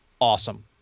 Awesome